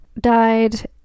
died